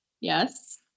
Yes